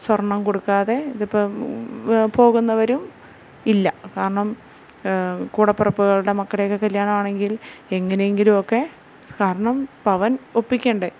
സ്വർണം കൊടുക്കാതെ ഇതിപ്പം പോകുന്നവരും ഇല്ല കാരണം കൂടപ്പിറപ്പുകളുടെ മക്കളുടെയൊക്കെ കല്യാണമാണെങ്കിൽ എങ്ങനെ എങ്കിലുവൊക്കെ കാരണം പവൻ ഒപ്പിക്കണ്ടേ